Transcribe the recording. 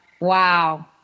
Wow